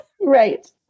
Right